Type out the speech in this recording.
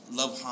love